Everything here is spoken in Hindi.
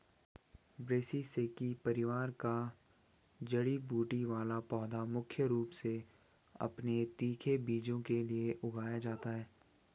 ब्रैसिसेकी परिवार का जड़ी बूटी वाला पौधा मुख्य रूप से अपने तीखे बीजों के लिए उगाया जाता है